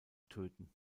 töten